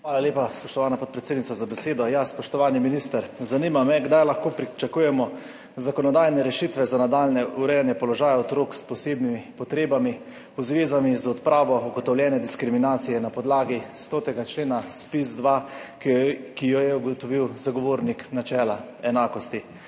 Hvala lepa, spoštovana podpredsednica, za besedo. Spoštovani minister, zanima me: Kdaj lahko pričakujemo zakonodajne rešitve za nadaljnje urejanje položaja otrok s posebnimi potrebami v zvezi z odpravo ugotovljene diskriminacije na podlagi 100. člena ZPIZ-2, ki jo je ugotovil Zagovornik načela enakosti?